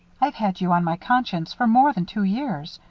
i've had you on my conscience for more than two years.